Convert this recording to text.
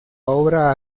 obra